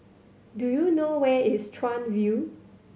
do you know where is Chuan View